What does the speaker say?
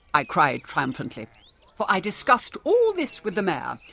i cried triumphantly, for i discussed all this with the mayor,